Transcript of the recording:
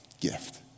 gift